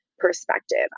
perspective